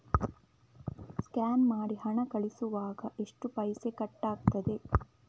Scan ಮಾಡಿ ಹಣ ಕಳಿಸುವಾಗ ಎಷ್ಟು ಪೈಸೆ ಕಟ್ಟಾಗ್ತದೆ?